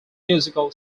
musical